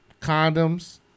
condoms